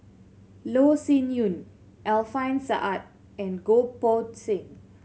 Loh Sin Yun Alfian Sa'at and Goh Poh Seng